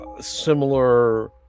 similar